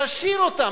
תשאיר אותם.